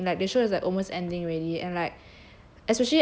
it's almost ending like the show is like almost ending already and like